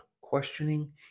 questioning